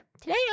Today